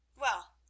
Well